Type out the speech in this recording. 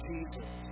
Jesus